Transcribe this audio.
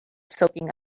soaking